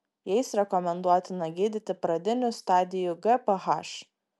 jais rekomenduotina gydyti pradinių stadijų gph